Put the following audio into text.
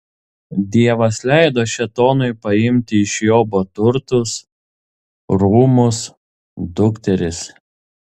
dievas leido šėtonui paimti iš jobo turtus rūmus dukteris